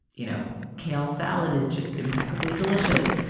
you know kale salad is just impeccably delicious.